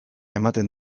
ematen